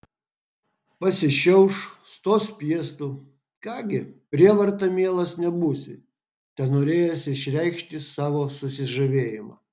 pasišiauš stos piestu ką gi prievarta mielas nebūsi tenorėjęs išreikšti savo susižavėjimą